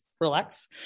relax